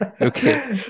Okay